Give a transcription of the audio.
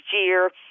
year